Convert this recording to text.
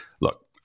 look